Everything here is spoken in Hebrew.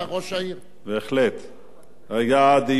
היה דיון בוועדת הפנים.